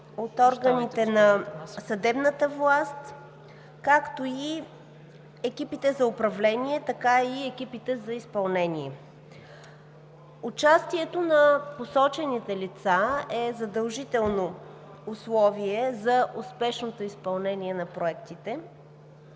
от органите на съдебната власт както в екипите за управление, така и в екипите за изпълнение. Участието на посочените лица е задължително условие за успешното изпълнение на проектите,